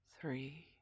three